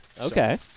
Okay